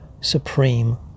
supreme